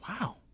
wow